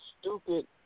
stupid